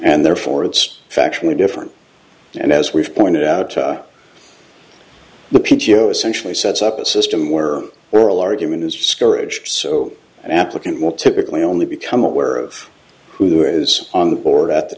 and therefore it's factually different and as we've pointed out the pincio essentially sets up a system where oral argument is discouraged so an applicant will typically only become aware of who is on the board at the